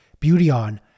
Beautyon